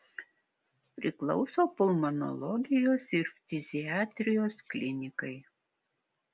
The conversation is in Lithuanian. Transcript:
priklauso pulmonologijos ir ftiziatrijos klinikai